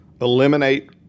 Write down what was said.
eliminate